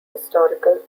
historical